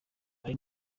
ari